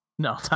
No